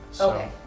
Okay